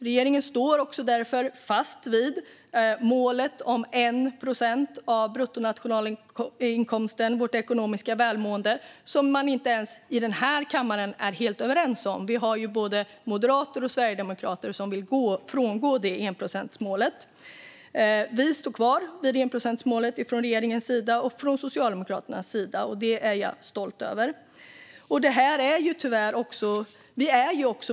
Regeringen står därför fast vid målet om 1 procent av bruttonationalinkomsten, vårt ekonomiska välmående, som man inte ens i den här kammaren är helt överens om. Vi har ju både moderater och sverigedemokrater som vill frångå enprocentsmålet. Från regeringens och Socialdemokraternas sida står vi kvar vid enprocentsmålet, och det är jag stolt över.